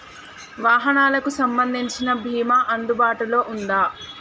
వాహనాలకు సంబంధించిన బీమా అందుబాటులో ఉందా?